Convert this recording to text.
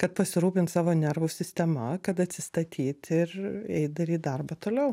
kad pasirūpint savo nervų sistema kad atsistatyt ir eit daryt darbą toliau